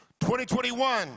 2021